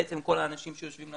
בעצם כל האנשים שיושבים,